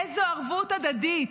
איזו ערבות הדדית,